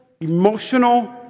emotional